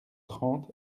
trente